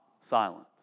silent